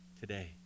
today